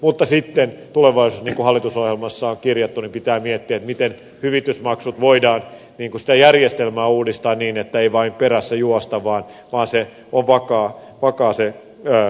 mutta sitten tulevaisuudessa niin kuin hallitusohjelmassa on kirjattu pitää miettiä miten hyvitysmaksujärjestelmää voidaan uudistaa niin että ei vain perässä juosta vaan se toimeentulo on vakaata